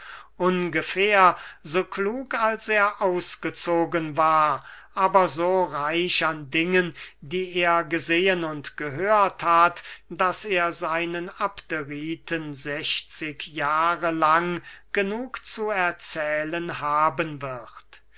ungefähr so klug als er ausgezogen war aber so reich an dingen die er gesehen und gehört hat daß er seinen abderiten sechzig jahre lang genug zu erzählen haben wird